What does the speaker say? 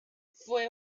fue